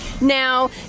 Now